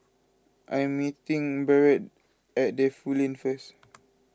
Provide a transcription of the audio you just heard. I am meeting Barrett at Defu Lane first